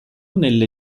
nelle